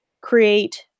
create